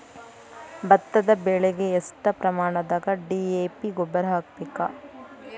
ಭತ್ತದ ಬೆಳಿಗೆ ಎಷ್ಟ ಪ್ರಮಾಣದಾಗ ಡಿ.ಎ.ಪಿ ಗೊಬ್ಬರ ಹಾಕ್ಬೇಕ?